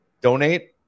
Donate